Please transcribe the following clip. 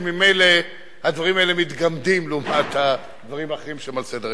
כי ממילא הדברים האלה מתגמדים לעומת הדברים האחרים שהם על סדר-היום.